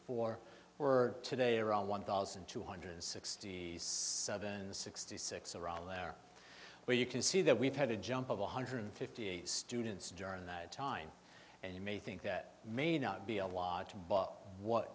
four were today around one thousand two hundred sixty seven sixty six around there where you can see that we've had a jump of one hundred fifty students during that time and you may think that may not be a lot but what